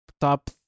top